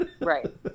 Right